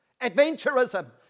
adventurism